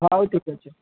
ହଉ ଠିକ୍ ଅଛି